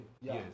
yes